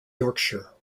yorkshire